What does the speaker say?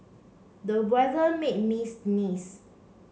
the weather made me sneeze